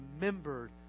remembered